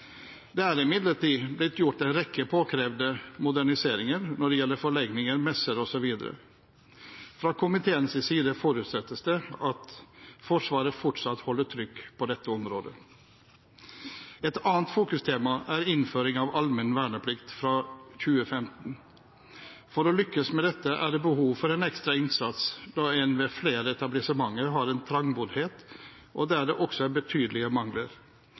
Det er imidlertid blitt gjort en rekke påkrevde moderniseringer når det gjelder forlegninger, messer osv. Fra komiteens side forutsettes det at Forsvaret fortsatt holder trykk på dette området. Et annet tema er innføring av allmenn verneplikt fra 2015. For å lykkes med dette er det behov for en ekstra innsats, da det ved flere etablissementer er trangboddhet og også betydelige mangler.